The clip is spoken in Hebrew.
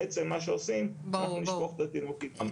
בעצם מה שעושים לא שופכים את התינוק עם המים.